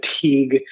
fatigue